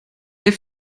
der